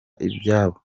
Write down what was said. ibyabo